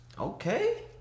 Okay